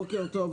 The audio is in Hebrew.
בוקר טוב,